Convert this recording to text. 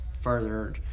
further